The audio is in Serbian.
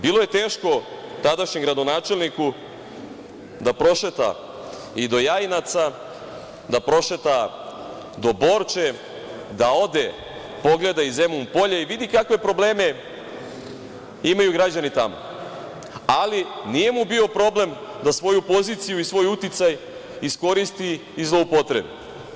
Bilo je teško tadašnjem gradonačelniku da prošeta i do Jajinaca, da prošeta do Borče, da ode i pogleda i Zemun Polje i da vidi kakve probleme imaju građani tamo, ali nije mu bio problem da svoju poziciju i svoj uticaj iskoristi i zloupotrebi.